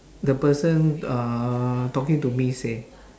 the person uh talking to me say